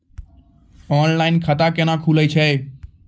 Online खाता केना खुलै छै?